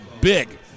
big